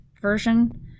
version